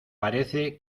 parece